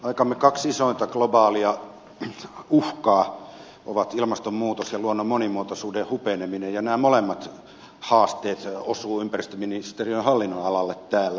aikamme kaksi isointa globaalia uhkaa ovat ilmastonmuutos ja luonnon monimuotoisuuden hupeneminen ja nämä molemmat haasteet osuvat ympäristöministeriön hallinnonalalle täällä